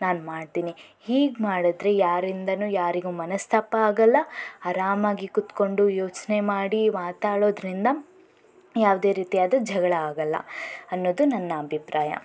ನಾನು ಮಾಡ್ತೀನಿ ಹೀಗೆ ಮಾಡಿದ್ರೆ ಯಾರಿಂದಲೂ ಯಾರಿಗೂ ಮನಸ್ತಾಪ ಆಗಲ್ಲ ಆರಾಮಾಗಿ ಕೂತ್ಕೊಂಡು ಯೋಚನೆ ಮಾಡಿ ಮಾತಾಡೋದ್ರಿಂದ ಯಾವುದೇ ರೀತಿಯಾದ ಜಗಳ ಆಗಲ್ಲ ಅನ್ನೋದು ನನ್ನ ಅಭಿಪ್ರಾಯ